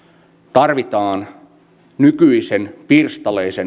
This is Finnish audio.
tarvitaan nykyisen pirstaleisen